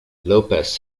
lopez